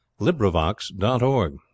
LibriVox.org